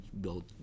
build